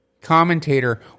commentator